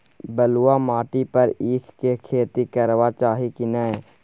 बलुआ माटी पर ईख के खेती करबा चाही की नय?